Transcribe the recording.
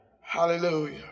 Hallelujah